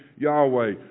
Yahweh